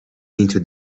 into